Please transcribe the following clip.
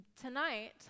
tonight